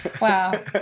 Wow